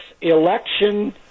election